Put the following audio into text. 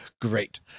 great